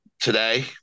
today